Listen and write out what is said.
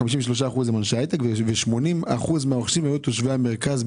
53 אחוזים הם אנשי הייטק ו-80 אחוזים מהרוכשים היו תושבי המרכז,